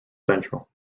central